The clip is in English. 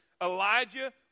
elijah